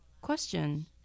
Question